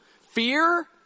Fear